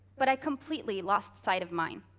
but i completely lost sight of mine.